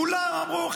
כולם אמרו,